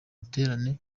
biterane